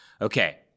okay